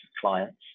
clients